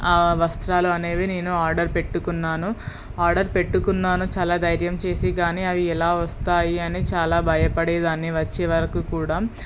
ఆ వస్త్రాలు అనేవి నేను ఆర్డర్ పెట్టుకున్నాను ఆర్డర్ పెట్టుకున్నాను చాలా ధైర్యం చేసి కానీ అవి ఎలా వస్తాయి అని చాలా భయపడేదాన్ని వచ్చేవరకు కూడా